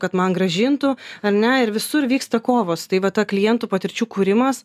kad man grąžintų ar ne ir visur vyksta kovos tai va ta klientų patirčių kūrimas